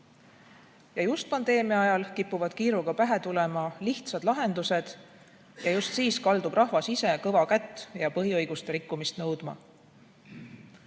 Just pandeemia ajal kipuvad kiiruga pähe tulema lihtsad lahendused ja just siis kaldub rahvas ise kõva kätt ja põhiõiguste rikkumist nõudma.